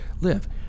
live